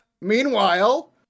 Meanwhile